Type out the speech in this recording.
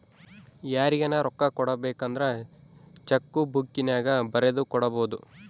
ಯಾರಿಗನ ರೊಕ್ಕ ಕೊಡಬೇಕಂದ್ರ ಚೆಕ್ಕು ಬುಕ್ಕಿನ್ಯಾಗ ಬರೆದು ಕೊಡಬೊದು